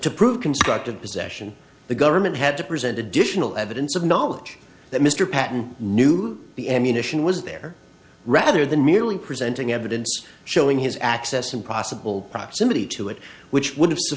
to prove constructive possession the government had to present additional evidence of knowledge that mr patten knew the ammunition was there rather than merely presenting evidence showing his access and possible proximity to it which would have